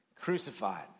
crucified